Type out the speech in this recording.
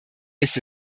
ist